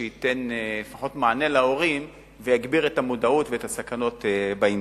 שייתן לפחות מענה להורים ויגביר את המודעות לסכנות שבאינטרנט.